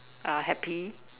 are happy